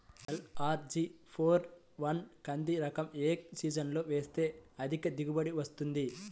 LRG four one కంది రకం ఏ సీజన్లో వేస్తె అధిక దిగుబడి వస్తుంది?